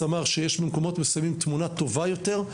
תמם אמר שיש במקומות מסוימים תמונה טובה יותר,